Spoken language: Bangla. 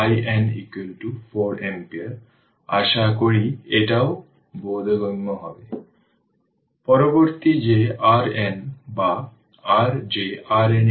সুতরাং এটি হল ইনিশিয়াল কন্ডিশন যা আমরা ধরে নিই যে একটি ইন্ডাক্টর একটি ইনিশিয়াল কারেন্ট এইরকম আছে